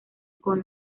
con